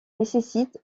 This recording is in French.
nécessite